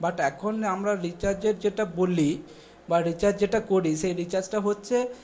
but এখন আমরা রিচার্জের যেটা বলি বা রিচার্জ যেটা করি সেই রিচার্জটা হচ্ছে